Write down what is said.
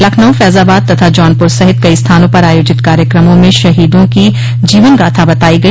लखनऊ फैजाबाद तथा जौनपुर सहित कई स्थानों पर आयोजित कार्यक्रमों में शहीदों की जीवनगाथा बताई गई